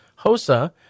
HOSA